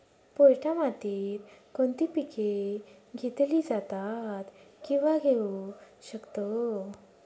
पोयटा मातीत कोणती पिके घेतली जातात, किंवा घेऊ शकतो?